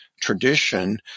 tradition